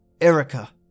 Erica